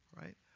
right